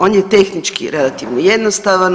On je tehnički relativno jednostavan.